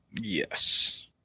Yes